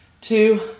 two